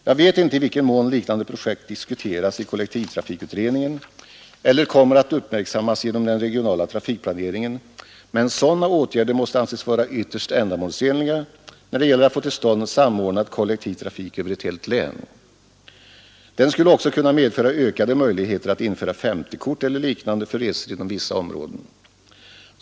Jag vet inte i vilken mån liknande projekt diskuteras i kollektivtrafikutredningen eller kommer att uppmärksammas genom den regionala trafikplaneringen, men sådana åtgärder måste ändå anses vara ytterst ändamålsenliga när det gäller att få till stånd samordnad kollektivtrafik över ett helt län. Den skulle också kunna medföra ökade möjligheter att införa SO-kort eller liknande för resor inom vissa områden.